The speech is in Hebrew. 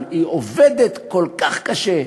אבל היא עובדת כל כך קשה,